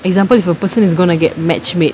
example if a person is gonna get matchmake